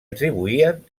atribuïen